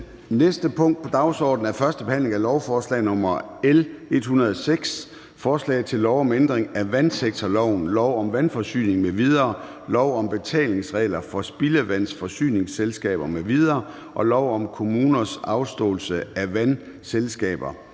næste punkt på dagsordenen er: 3) 1. behandling af lovforslag nr. L 106: Forslag til lov om ændring af vandsektorloven, lov om vandforsyning m.v., lov om betalingsregler for spildevandsforsyningsselskaber m.v. og lov om kommuners afståelse af vandselskaber.